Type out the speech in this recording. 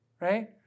right